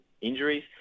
injuries